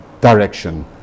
direction